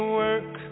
work